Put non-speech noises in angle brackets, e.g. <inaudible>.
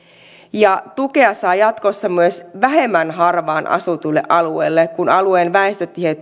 ja tukea saa jatkossa myös vähemmän harvaan asutuille alueille kun alueen väestötiheyden <unintelligible>